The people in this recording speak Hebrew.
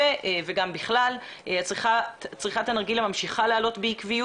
אנחנו אוספים דוגמאות שתן מילדים בגילים ארבע עד